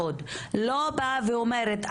לא באה ואומרת,